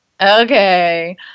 okay